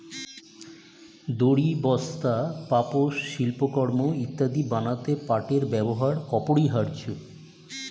দড়ি, বস্তা, পাপোশ, শিল্পকর্ম ইত্যাদি বানাতে পাটের ব্যবহার অপরিহার্য